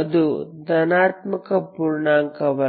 ಅದು ಧನಾತ್ಮಕ ಪೂರ್ಣಾಂಕವಲ್ಲ